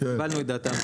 קיבלנו את דעתם.